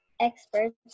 experts